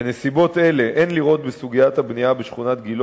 בנסיבות אלה אין לראות בסוגיית הבנייה בשכונת גילה